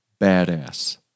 Badass